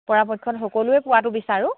পৰাপক্ষত সকলোৱে পোৱাটো বিচাৰোঁ